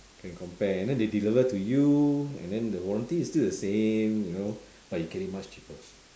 can compare and then they deliver to you and then the warranty is still the same you know but you get it much cheaper